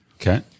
Okay